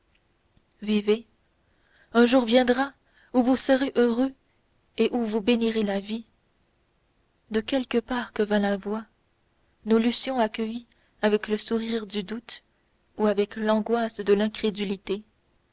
vivez un jour viendra où vous serez heureux et où vous bénirez la vie de quelque part que vînt la voix nous l'eussions accueillie avec le sourire du doute ou avec l'angoisse de l'incrédulité